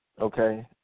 okay